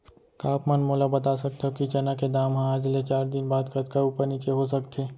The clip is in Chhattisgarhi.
का आप मन मोला बता सकथव कि चना के दाम हा आज ले चार दिन बाद कतका ऊपर नीचे हो सकथे?